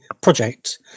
project